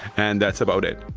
and that's about it.